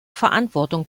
verantwortung